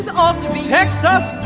off to be texas.